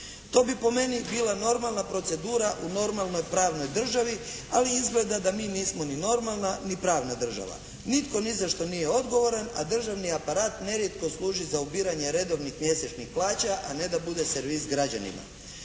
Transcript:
To bi po meni bila normalna procedura u normalnoj pravnoj državi, ali izgleda da mi nismo ni normalna ni pravna država. Nitko ni za što nije odgovoran, a državni aparat nerijetko služi za ubiranje redovnih mjesečnih plaća, a ne da bude servis građanima.